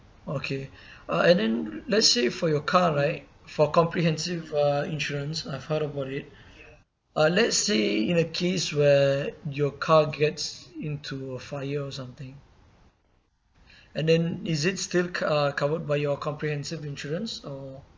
okay uh and then let's say for your car right for comprehensive uh insurance I've heard about it uh let's say in a case where your car gets into a fire or something and then is it still co~ uh covered by your comprehensive insurance or